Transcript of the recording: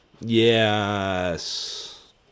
Yes